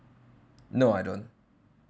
no I don't